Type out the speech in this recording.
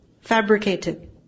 fabricated